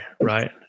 Right